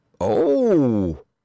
Oh